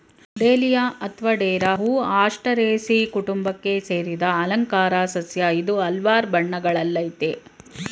dahlia ಅತ್ವ ಡೇರಾ ಹೂ ಆಸ್ಟರೇಸೀ ಕುಟುಂಬಕ್ಕೆ ಸೇರಿದ ಅಲಂಕಾರ ಸಸ್ಯ ಇದು ಹಲ್ವಾರ್ ಬಣ್ಣಗಳಲ್ಲಯ್ತೆ